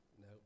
no